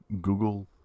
Google